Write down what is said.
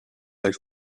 del